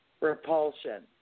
Repulsion